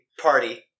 party